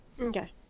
Okay